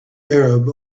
arab